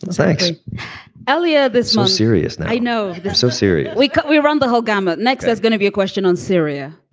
thanks ellia, that's more serious now. i know they're so serious. we cut we run the whole gamut. next, there's gonna be a question on syria